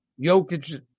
Jokic